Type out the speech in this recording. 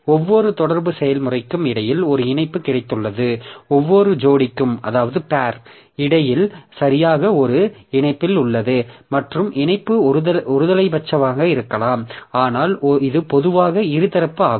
ஒவ்வொரு தொடர்பு செயல்முறைக்கும் இடையில் ஒரு இணைப்பு கிடைத்துள்ளது ஒவ்வொரு ஜோடிக்கும் இடையில் சரியாக ஒரு இணைப்பில் உள்ளது மற்றும் இணைப்பு ஒருதலைப்பட்சமாக இருக்கலாம் ஆனால் இது பொதுவாக இருதரப்பு ஆகும்